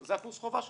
זה קורס החובה שלך.